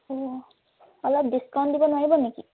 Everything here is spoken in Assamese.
অঁ অলপ ডিছকাউণ্ট দিব নোৱাৰিব নেকি